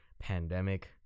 pandemic